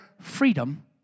freedom